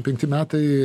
penkti metai